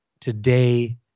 today